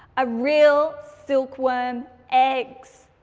ah real silkworm eggs.